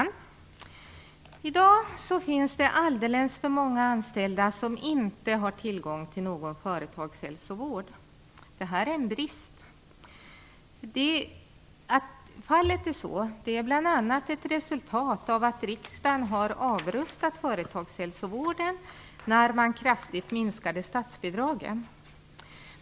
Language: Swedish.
Herr talman! Det finns i dag alldeles för många anställda som inte har tillgång till någon företagshälsovård, vilket är en brist. Att så är fallet är bl.a. ett resultat av att riksdagen avrustade företagshälsovården när den kraftigt minskade statsbidragen.